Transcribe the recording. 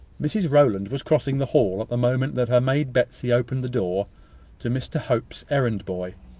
mrs rowland was crossing the hall at the moment that her maid betsy opened the door to mr hope's errand-boy,